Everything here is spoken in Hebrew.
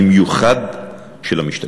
במיוחד של המשתקמים.